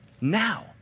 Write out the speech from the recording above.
now